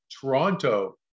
Toronto